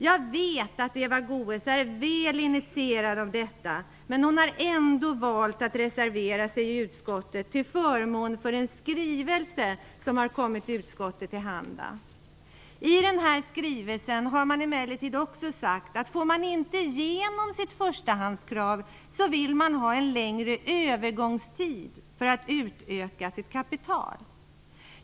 Jag vet att Eva Goës är väl initierad i detta förhållande, men hon har ändå valt att reservera sig i utskottet till förmån för en skrivelse som har kommit utskottet till handa. I skrivelsen har man emellertid sagt att om man inte får igenom sitt förstahandskrav, vill man att övergångstiden för att utöka kapitalet skall vara längre.